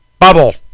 Bubble